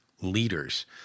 leaders